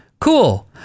cool